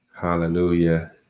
hallelujah